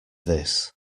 this